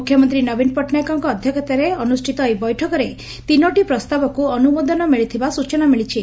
ମୁଖ୍ୟମନ୍ତୀ ନବୀନ ପଟ୍ଟନାୟକଙ୍କ ଅଧକ୍ଷତାରେ ଅନୁଷ୍ଟିତ ଏହି ବୈଠକରେ ତିନୋଟି ପ୍ରସ୍ତାବକୁ ଅନୁମୋଦନ ମିଳିଥିବା ସୂଚନା ମିଳିଛି